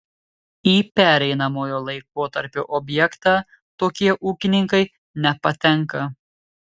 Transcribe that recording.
į pereinamojo laikotarpio objektą tokie ūkininkai nepatenka